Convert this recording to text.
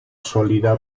sólida